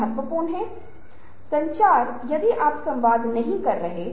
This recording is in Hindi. पाठ अधीन है इसलिए भूमिकाओं को प्रतिस्थापित किया गया है